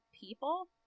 people